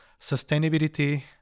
sustainability